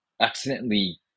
accidentally